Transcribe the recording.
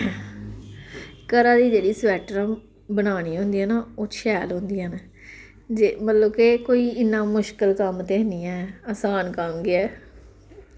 घरा दी जेह्ड़ी स्वेटर बनानी होंदियां ना ओह् शैल होंदियां न जे मतलव के कोई इन्ना मुश्कल कम्म ते निं ऐ असान कम्म गै